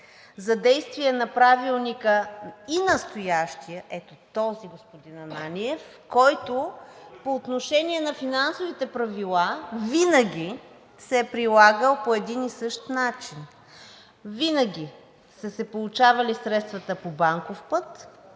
за действието на настоящия Правилник – ето този, господин Ананиев, който по отношение на Финансовите правила винаги се е прилагал по един и същ начин. Винаги са се получавали средствата по банков път,